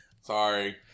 Sorry